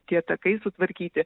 tie takai sutvarkyti